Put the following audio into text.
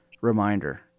reminder